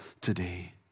today